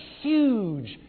huge